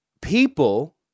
People